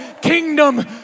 kingdom